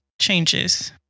changes